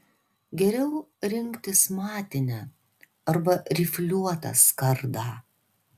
geriau rinktis matinę arba rifliuotą skardą